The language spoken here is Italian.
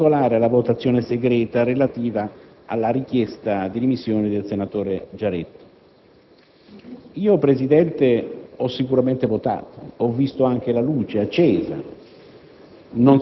in particolare, la votazione segreta relativa alla richiesta di dimissioni del senatore Giaretta. Io, Presidente, ho sicuramente votato, ho visto anche la luce accesa;